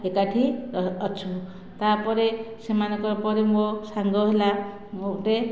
ଏକାଠି ଅଛୁ ତାପରେ ସେମାନଙ୍କ ପରି ମୋ ସାଙ୍ଗ ହେଲା ଗୋଟିଏ